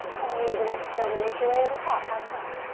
and then use an exhale to make your way to the top, have fun.